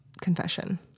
confession